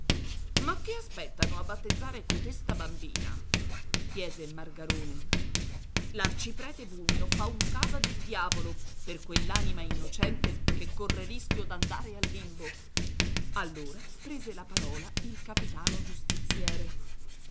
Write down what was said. ma che aspettano a battezzare cotesta bambina chiese margarone l'arciprete bugno fa un casa del diavolo per quell'anima innocente che corre rischio d'andare al limbo allora prese la parola il capitano giustiziere